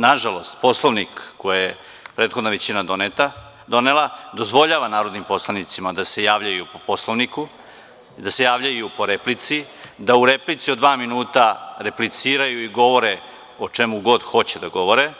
Nažalost, Poslovnik, koji je prethodna većina donela, dozvoljava narodnim poslanicima da se javljaju po Poslovniku, da se javljaju po replici, da u replici od dva minuta repliciraju i govore o čemu god hoće da govore